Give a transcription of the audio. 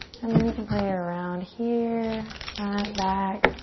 and then you can play around here. front, back.